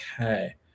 Okay